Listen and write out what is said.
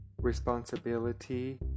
responsibility